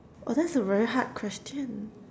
oh that's a very hard question